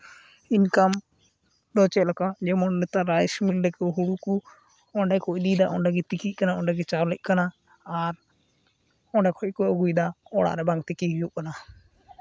ᱤᱱᱠᱟᱢ ᱫᱚ ᱪᱮᱫ ᱞᱮᱠᱟ ᱡᱮᱢᱚᱱ ᱱᱮᱛᱟᱨ ᱨᱟᱭᱤᱥ ᱢᱤᱞ ᱨᱮ ᱠᱚ ᱦᱩᱲᱩ ᱠᱚ ᱚᱸᱰᱮ ᱠᱚ ᱤᱫᱤᱭᱫᱟ ᱚᱸᱰᱮᱜᱮ ᱛᱤᱠᱤᱜ ᱠᱟᱱᱟ ᱚᱸᱰᱮ ᱜᱮ ᱪᱟᱣᱞᱮᱜ ᱠᱟᱱᱟ ᱟᱨ ᱚᱸᱰᱮ ᱠᱷᱚᱡ ᱜᱮᱠᱚ ᱟᱹᱜᱩᱭᱫᱟ ᱚᱲᱟᱜ ᱨᱮ ᱵᱟᱝ ᱛᱤᱸᱠᱤ ᱦᱩᱭᱩᱜ ᱠᱟᱱᱟ